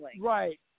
right